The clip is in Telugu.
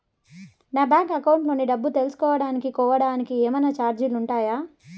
నా బ్యాంకు అకౌంట్ లోని డబ్బు తెలుసుకోవడానికి కోవడానికి ఏమన్నా చార్జీలు ఉంటాయా?